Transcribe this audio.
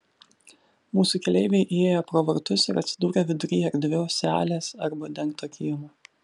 mūsų keleiviai įėjo pro vartus ir atsidūrė vidury erdvios salės arba dengto kiemo